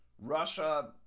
Russia